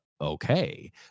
okay